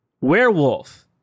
Werewolf